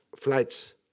flights